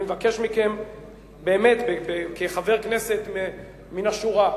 אני מבקש מכם באמת כחבר כנסת מן השורה,